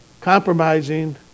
compromising